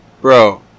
bro